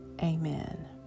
Amen